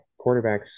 quarterbacks